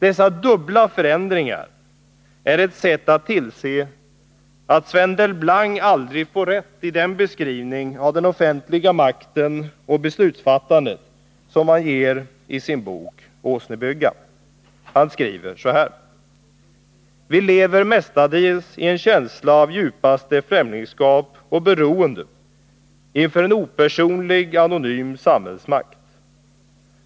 Dessa dubbla förändringar är ett sätt att tillse att Sven Delblanc aldrig får rätt i den beskrivning av den offentliga makten och beslutsfattandet som han ger i sin bok Åsnebrygga: ”Vi lever mestadels i en känsla av djupaste främlingskap och beroende inför en opersonlig, anonym samhällsmakt.